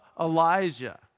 Elijah